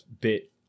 bit